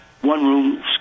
one-room